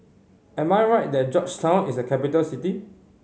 am I right that Georgetown is a capital city